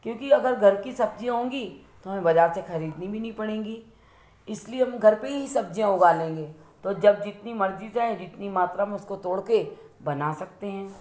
क्योंकि अगर घर की सब्ज़ियाँ होंगी तो हमें बज़ार से खरीदनी भी नहीं पड़ेंगी इसलिए हम घर पे ही सब्ज़ियाँ उगा लेंगे तो जब जितनी मर्ज़ी चाहें जितनी मात्रा में उसको तोड़के बना सकते हैं